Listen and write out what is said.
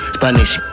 Spanish